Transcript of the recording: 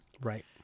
Right